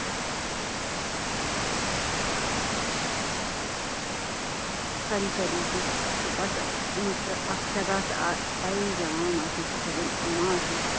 खरी खरी भी भी आक्खै दा ते आई जाना हून असें कुसै दिन औना असें